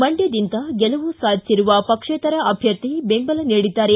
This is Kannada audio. ಮಂಡ್ಯದಿಂದ ಗೆಲುವು ಸಾಧಿಸಿರುವ ಪಕ್ಷೇತರ ಅಭ್ಯರ್ಥಿ ಬೆಂಬಲ ನೀಡಿದ್ದಾರೆ